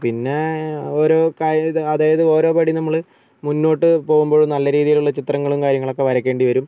പിന്നെ ഓരോ കാര്യം അതായത് ഓരോ പടി നമ്മൾ മുന്നോട്ട് പോകുമ്പോൾ നല്ലൊരു രീതിയിലുള്ള ചിത്രങ്ങളും കാര്യങ്ങളൊക്കെ വരക്കേണ്ടി വരും